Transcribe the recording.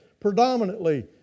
predominantly